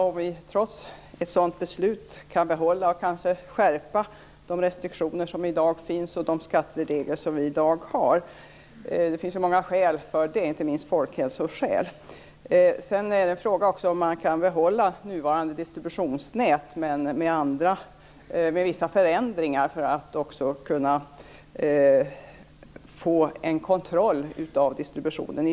Kan vi trots ett sådant beslut behålla, och kanske skärpa, de restriktioner som i dag finns och de skatteregler vi i dag har? Det finns många skäl som talar för det, inte minst folkhälsoskäl. En annan fråga är om man kan behålla nuvarande distributionsnät, men med vissa förändringar, för att också kunna få en kontroll över distributionen.